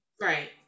Right